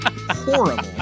horrible